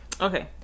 Okay